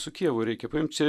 su kijevu reikia paimt čia